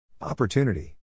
Opportunity